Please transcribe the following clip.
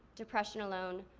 depression alone,